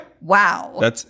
Wow